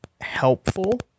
helpful